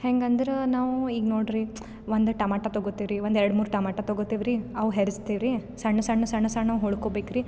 ಹೆಂಗೆ ಅಂದ್ರೆ ನಾವು ಈಗ ನೋಡ್ರಿ ಒಂದು ಟಮಾಟ ತಗೋತಿವ್ರಿ ಒಂದು ಎರಡು ಮೂರು ಟಮಾಟ ತಗೋತಿವ್ರಿ ಅವು ಹೆರಿಸ್ತೀವ್ರಿ ಸಣ್ಣ ಸಣ್ಣ ಸಣ್ಣ ಸಣ್ಣ ಹೊಳ್ಕೊಬೇಕ್ರಿ